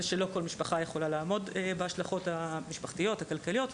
לא כל משפחה יכולה לעמוד בהשלכות המשפחתיות והכלכליות האלה.